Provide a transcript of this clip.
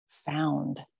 found